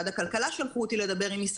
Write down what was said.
אתם לא יכולים לפתוח חנויות שמוכרות מוצרים